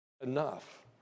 enough